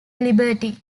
liberty